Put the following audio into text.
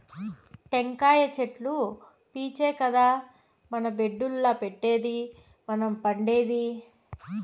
టెంకాయ చెట్లు పీచే కదా మన బెడ్డుల్ల పెట్టేది మనం పండేది